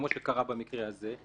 כמו שקרה במקרה הזה,